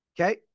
Okay